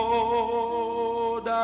Lord